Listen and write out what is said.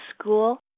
school